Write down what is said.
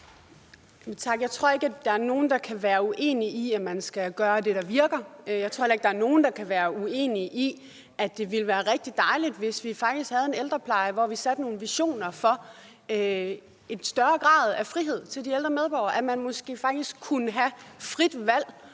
Tak. Jeg tror ikke, der er nogen, der kan være uenig i, at man skal gøre det, der virker. Jeg tror heller ikke, der er nogen, der kan være uenig i, at det ville være rigtig dejligt, hvis vi faktisk havde en ældrepleje, hvor vi satte nogle visioner om en større grad af frihed til de ældre medborgere; at vi måske faktisk kan have frit valg,